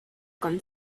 con